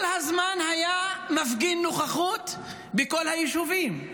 הוא כל הזמן היה מפגין נוכחות בכל היישובים,